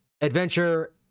adventure